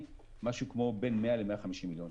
משהו כמו בין 100 ל-150 מיליון שקל.